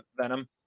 Venom